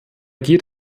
geht